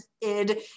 id